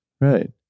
right